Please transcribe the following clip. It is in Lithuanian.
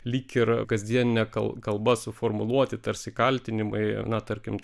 lyg ir kasdienine ka kalba suformuluoti tarsi kaltinimai na tarkim